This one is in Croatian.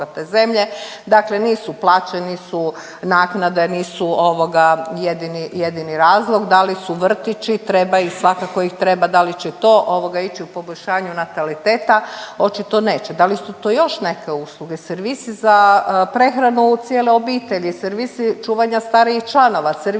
dakle nisu, plaćeni su naknade, nisu ovoga, jedini razlog, da li su vrtići, treba ih, svakako ih treba, da li će to ovoga, ići u poboljšanje nataliteta, očito neće, da li su to još neke usluge, servisi za prehranu cijele obitelji, servisi čuvanja starijih članova, servisi gdje